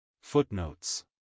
Footnotes